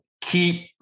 keep